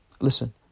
Listen